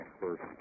first